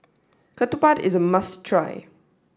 Ketupat is a must try